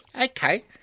okay